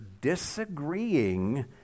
disagreeing